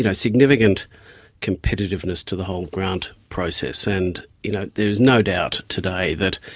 you know significant competitiveness to the whole grant process. and you know there is no doubt today that